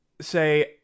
say